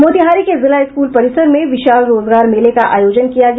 मोतिहारी के जिला स्कूल परिसर में विशाल रोजगार मेला का आयोजन किया गया